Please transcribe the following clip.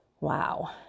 Wow